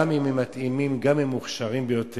גם אם הם מתאימים, גם אם הם מוכשרים ביותר.